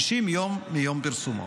90 יום מיום פרסומו.